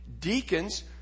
Deacons